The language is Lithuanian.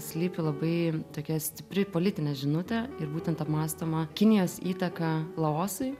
slypi labai tokia stipri politinė žinutė ir būtent apmąstoma kinijos įtaka laosui